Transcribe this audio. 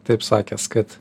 taip sakęs kad